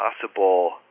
possible